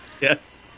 Yes